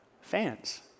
fans